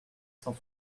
cent